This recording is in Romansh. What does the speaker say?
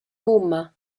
mumma